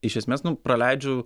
iš esmės nu praleidžiu